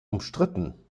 umstritten